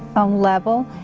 on level.